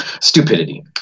Stupidity